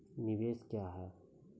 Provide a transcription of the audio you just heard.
निवेश क्या है?